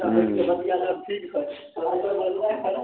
तऽ मिलि गेल अहाँके बचिआसब ठीक छथि हुनकर बचिआ